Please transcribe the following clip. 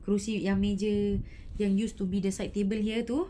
kerusi yang meja yang used to be the side table here tu